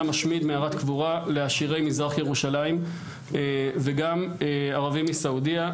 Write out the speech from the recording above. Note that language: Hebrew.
משמיד מערת קבורה לעשירי מזרח ירושלים וגם ערבים מסעודיה.